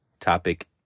topic